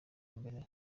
mbere